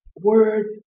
word